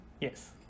yes